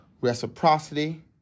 reciprocity